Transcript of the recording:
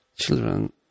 Children